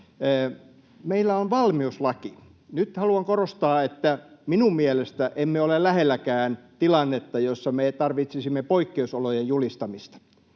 meillä on valmiuslaki. Nyt haluan korostaa, että minun mielestäni emme ole lähelläkään tilannetta, jossa me tarvitsisimme poikkeusolojen julistamista,